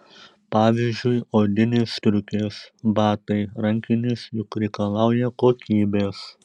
pavyzdžiui odinės striukės batai rankinės juk reikalauja kokybės